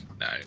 No